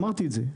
אמרתי את זה,